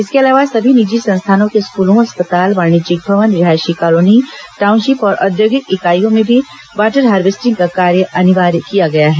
इसके अलावा सभी निजी संस्थानों के स्कूलों अस्पताल वाणिज्यिक भवन रिहायशी कॉलोनी टॉउनशिप और औद्योगिक इकाईयों में भी वॉटर हार्वेस्टिग का कार्य अनिवार्य किया गया है